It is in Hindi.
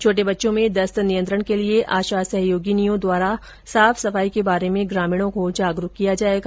छोटे बच्चों में दस्त नियंत्रण के लिए आशा सहयोगिनियों द्वारा साफ सफाई के बारे में ग्रामीणों को जागरूक किया जाएगा